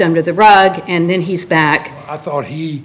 under the rug and then he's back i thought he